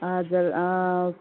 हजुर